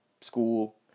school